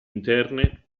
interne